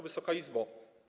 Wysoka Izbo!